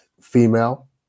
female